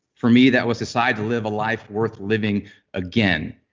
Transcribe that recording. for me, that was decide to live a life worth living again.